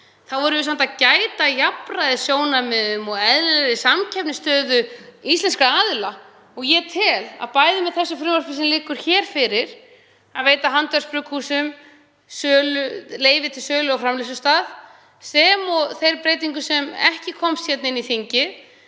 þá verðum við samt að gæta að jafnræðissjónarmiðum og eðlilegri samkeppnisstöðu íslenskra aðila. Ég tel að bæði með því frumvarpi sem liggur hér fyrir, að veita handverksbrugghúsum leyfi til sölu á framleiðslustað, sem og þeirri breytingu sem ekki komst hérna inn í þingið,